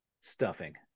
stuffing